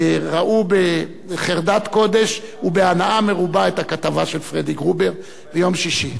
ראו בחרדת קודש ובהנאה מרובה את הכתבה של פרדי גרובר ביום שישי.